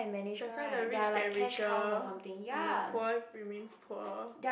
that's why the rich get richer and the poor remains poor